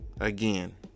again